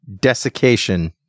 desiccation